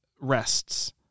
rests